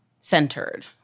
centered